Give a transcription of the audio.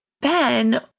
Ben